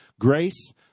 grace